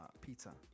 pizza